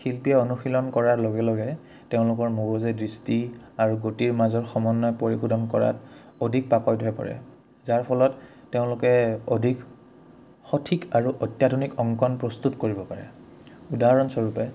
শিল্পীয়ে অনুশীলন কৰাৰ লগে লগে তেওঁলোকৰ মগজে দৃষ্টি আৰু গতিৰ মাজৰ সমন্বয় পৰিশোধন কৰাত অধিক পাকৈত হৈ পৰে যাৰ ফলত তেওঁলোকে অধিক সঠিক আৰু অত্যাধুনিক অংকন প্ৰস্তুত কৰিব পাৰে উদাহৰণস্বৰূপে